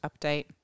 update